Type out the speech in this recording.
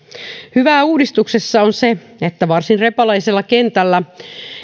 hyvää uudistuksessa on se että kun varsin repaleisella kentällä